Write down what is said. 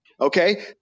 Okay